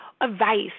advice